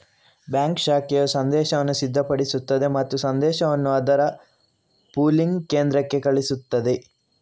bank ಶಾಖೆಯು ಸಂದೇಶವನ್ನು ಸಿದ್ಧಪಡಿಸುತ್ತದೆ ಮತ್ತು ಸಂದೇಶವನ್ನು ಅದರ ಪೂಲಿಂಗ್ ಕೇಂದ್ರಕ್ಕೆ ಕಳುಹಿಸುತ್ತದೆ